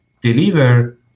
deliver